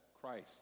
Christ